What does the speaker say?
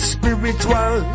Spiritual